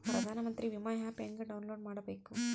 ಪ್ರಧಾನಮಂತ್ರಿ ವಿಮಾ ಆ್ಯಪ್ ಹೆಂಗ ಡೌನ್ಲೋಡ್ ಮಾಡಬೇಕು?